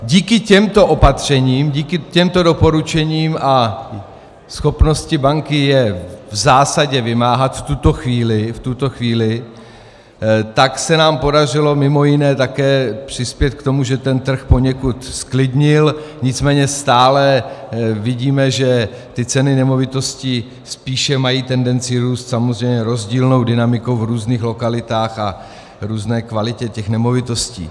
Díky těmto opatřením, díky těmto doporučením a schopnosti banky je v zásadě vymáhat v tuto chvíli se nám podařilo mimo jiné také přispět k tomu, že ten trh se poněkud zklidnil, nicméně stále vidíme, že ceny nemovitostí mají spíše tendenci růst, samozřejmě rozdílnou dynamikou v různých lokalitách a různé kvalitě těch nemovitostí.